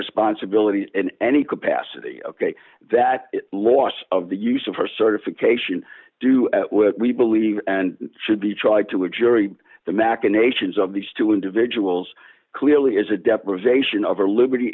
responsibility in any capacity ok that loss of the use of her certification do we believe and should be tried to a jury the machinations of these two d individuals clearly is a deprivation of our liberty